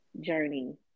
journey